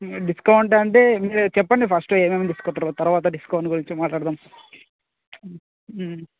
discount అంటే మీరే చెప్పండి ఫస్టు ఏమేం తీసుకుపోతారో తరువాత డిస్కౌంట్ గురించి మాట్లాడదాము